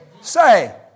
say